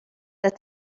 that